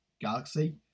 Galaxy